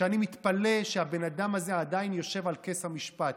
שאני מתפלא שהבן אדם הזה עדיין יושב על כס המשפט.